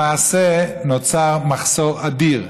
למעשה, נוצר מחסור אדיר.